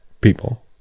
people